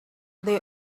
they